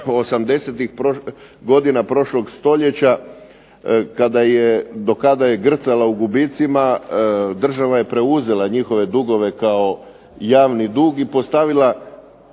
'80-ih godina prošlog stoljeća do kada je grcala u gubicima država je preuzela njihove dugove kao javni dug i postavila